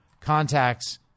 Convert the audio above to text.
contacts